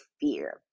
fear